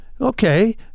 okay